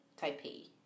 Taipei